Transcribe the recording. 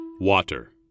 Water